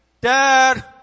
dad